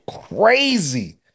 crazy